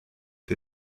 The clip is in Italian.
del